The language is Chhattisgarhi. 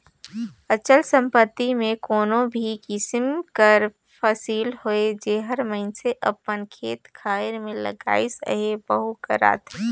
अचल संपत्ति में कोनो भी किसिम कर फसिल होए जेहर मइनसे अपन खेत खाएर में लगाइस अहे वहूँ हर आथे